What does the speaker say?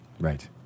Right